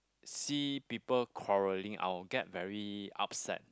see people quarreling I will get very upset